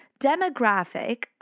demographic